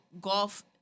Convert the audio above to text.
golf